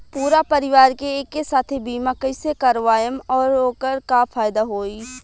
पूरा परिवार के एके साथे बीमा कईसे करवाएम और ओकर का फायदा होई?